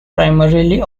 primarily